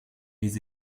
les